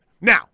Now